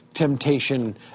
Temptation